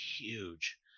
huge